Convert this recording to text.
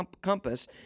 compass